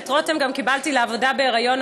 את רותם גם קיבלתי לעבודה בהיריון,